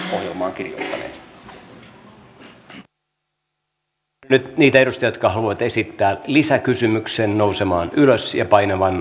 pyydän nyt niitä edustajia jotka haluavat esittää lisäkysymyksen nousemaan ylös ja painamaan v painiketta